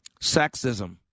Sexism